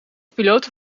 pilote